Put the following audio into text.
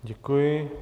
Děkuji.